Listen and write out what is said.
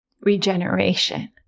regeneration